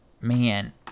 man